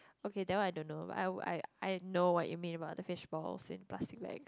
okay that one I don't know but I would I I know what you mean about the fishballs in plastic bags